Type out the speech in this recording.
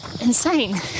insane